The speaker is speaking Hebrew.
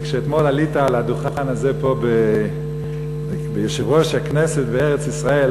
וכשאתמול עלית על הדוכן הזה פה כיושב-ראש הכנסת בארץ-ישראל,